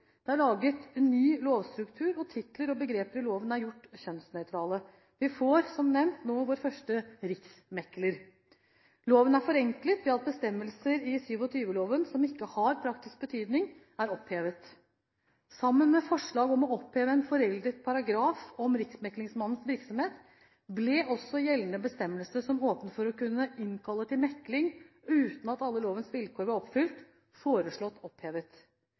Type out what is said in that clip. Det er laget en ny lovstruktur, og titler og begreper i loven er gjort kjønnsnøytrale. Vi får nå, som nevnt, vår først riksmekler. Loven er forenklet ved at bestemmelser i loven av 1927 som ikke har praktisk betydning, er opphevet. Sammen med et forslag om å oppheve en foreldet paragraf om riksmeklingsmannens virksomhet ble også gjeldende bestemmelser som åpner for å kunne innkalle til mekling uten at alle lovens vilkår var oppfylt, foreslått opphevet.